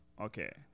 Okay